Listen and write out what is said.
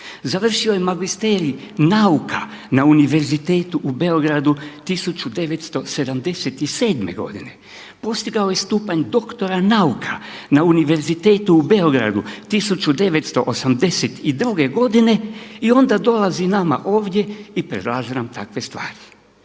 završio je magisterij nauka na Univerzitetu u Beogradu 1977. godine, postigao je stupanj doktora nauka na Univerzitetu u Beogradu 1982. godine i onda dolazi nama ovdje i predlaže nam takve stvari.